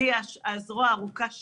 שהיא הזרוע הארוכה שלי.